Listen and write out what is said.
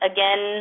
Again